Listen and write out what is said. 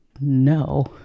no